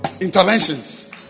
interventions